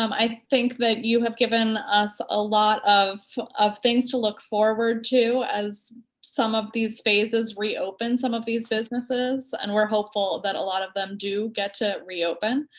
um i think that you have given us a lot of of things to look forward to as some of these phases reopen some of these businesses, and we're hopeful that a lot of them do get to reopen.